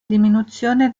diminuzione